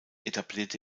etablierte